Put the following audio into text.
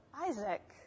Isaac